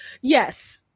Yes